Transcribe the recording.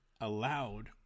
allowed